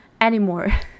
anymore